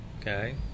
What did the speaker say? okay